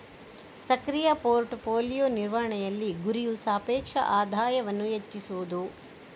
ಸಕ್ರಿಯ portfolio ನಿರ್ವಹಣೆಯಲ್ಲಿ, ಗುರಿಯು ಸಾಪೇಕ್ಷ ಆದಾಯವನ್ನು ಹೆಚ್ಚಿಸುವುದು